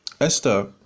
esther